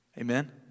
Amen